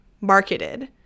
marketed